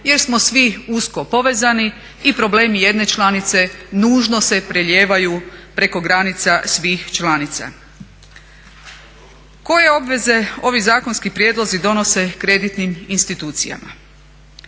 jer smo svi usko povezani i problemi jedne članice nužno se prelijevaju preko granica svih članica. Koje obveze ovi zakonski prijedlozi donose kreditnim institucijama?